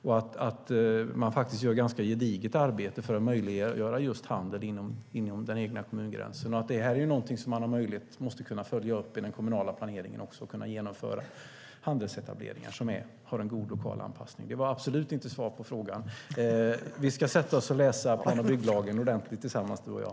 Det görs ett ganska gediget arbete för att möjliggöra just handel inom den egna kommungränsen. Detta är någonting som man måste kunna följa upp i den kommunala planeringen. Man måste kunna genomföra handelsetableringar som har en god lokal anpassning. Detta var absolut inte svar på frågan. Vi ska sätta oss och läsa plan och bygglagen ordentligt tillsammans du och jag.